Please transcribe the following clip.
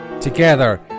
Together